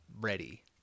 ready